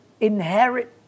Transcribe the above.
inherit